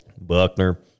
Buckner